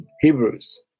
Hebrews